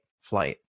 flight